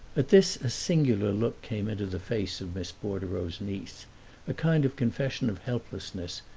at this a singular look came into the face of miss bordereau's niece a kind of confession of helplessness,